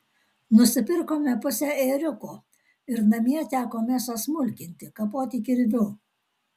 nusipirkome pusę ėriuko ir namie teko mėsą smulkinti kapoti kirviu